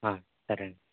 సరేఅండి